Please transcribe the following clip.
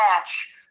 match